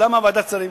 למה ועדת שרים,